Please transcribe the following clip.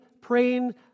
praying